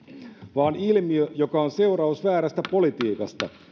vaan ilmiö joka on seuraus väärästä politiikasta